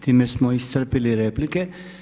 Time smo iscrpili replike.